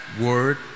word